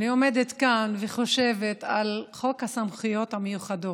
אני עומדת כאן וחושבת על חוק הסמכויות המיוחדות,